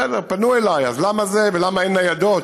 בסדר, פנו אליי: למה זה, ולמה אין ניידות.